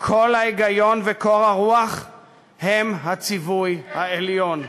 קול ההיגיון וקור הרוח הם הציווי העליון.